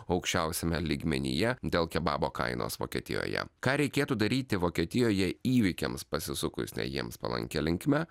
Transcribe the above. aukščiausiame lygmenyje dėl kebabo kainos vokietijoje ką reikėtų daryti vokietijoje įvykiams pasisukus ne jiems palankia linkme